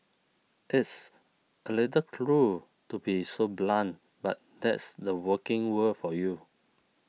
this a little cruel to be so blunt but that's the working world for you